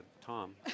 Tom